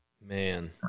Man